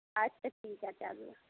আচ্ছা ঠিক আছে আসবে